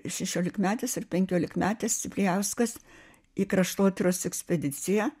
šešiolikmetis ir penkiolikmetis ciplijauskas į kraštotyros ekspediciją